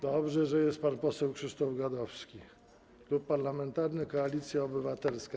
Dobrze, że jest pan poseł Krzysztof Gadowski, Klub Parlamentarny Koalicja Obywatelska.